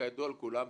כידוע לכולם פה,